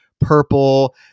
purple